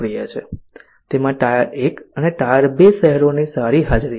તેમાં ટાયર 1 અને ટાયર 2 શહેરોની સારી હાજરી છે